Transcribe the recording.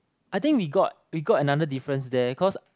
I think we got we got another difference there cause